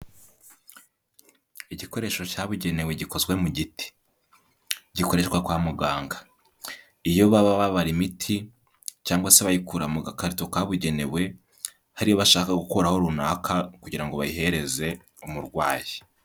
Igikoresho cyabugenewe gikozwe mu giti. Gikoreshwa kwa muganga. Iyo baba babara imiti cyangwa se abayikura mu gakarito kabugenewe hari bashaka gukuraho runaka kugira ngo bayihereze umurwayi.